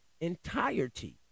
entirety